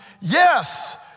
Yes